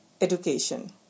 Education